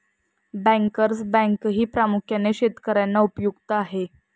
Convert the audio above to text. bankers बँकही प्रामुख्याने शेतकर्यांना उपयुक्त आहे